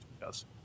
yes